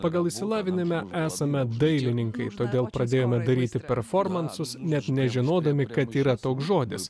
pagal išsilavinimą esame dailininkai todėl pradėjome daryti performansus net nežinodami kad yra toks žodis